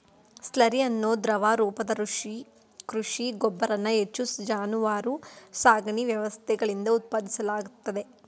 slurry ಅನ್ನೋ ದ್ರವ ರೂಪದ ಕೃಷಿ ಗೊಬ್ಬರನ ಹೆಚ್ಚು ಜಾನುವಾರು ಸಾಕಣೆ ವ್ಯವಸ್ಥೆಗಳಿಂದ ಉತ್ಪಾದಿಸಲಾಗ್ತದೆ